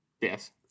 Yes